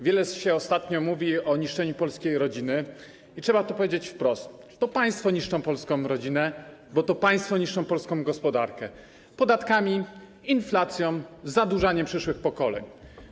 Wiele się ostatnio mówi o niszczeniu polskiej rodziny i trzeba to powiedzieć wprost: to państwo niszczą polską rodzinę, bo to państwo niszczą polską gospodarkę podatkami, inflacją, zadłużaniem przyszłych pokoleń.